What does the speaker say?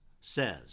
says